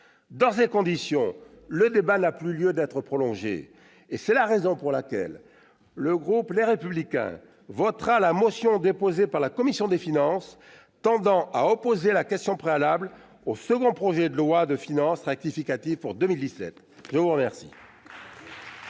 Dans ces conditions, le débat n'a plus lieu d'être prolongé, et c'est pour cette raison que le groupe Les Républicains votera la motion, déposée par la commission des finances, tendant à opposer la question préalable au second projet de loi de finances rectificative pour 2017. La discussion